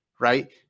Right